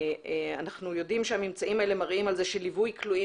אנחנו יודעים שהממצאים האלה מראים שליווי כלואים